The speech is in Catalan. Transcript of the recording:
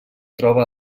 troba